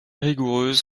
rigoureuse